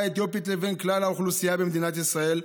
האתיופית לבין כלל האוכלוסייה במדינת ישראל,